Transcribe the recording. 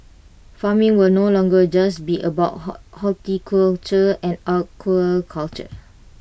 farming will no longer just be about horticulture or aquaculture